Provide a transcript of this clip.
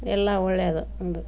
ಎಲ್ಲ ಒಳ್ಳೇದು ಒಂದು